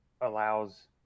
allows